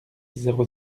zéro